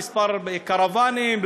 כמה קרוונים,